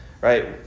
right